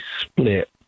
split